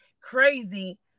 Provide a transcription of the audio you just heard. crazy